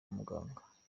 muganga